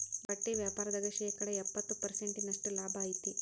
ಬಟ್ಟಿ ವ್ಯಾಪಾರ್ದಾಗ ಶೇಕಡ ಎಪ್ಪ್ತತ ಪರ್ಸೆಂಟಿನಷ್ಟ ಲಾಭಾ ಐತಿ